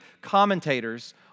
commentators